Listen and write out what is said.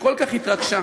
שכל כך התרגשה,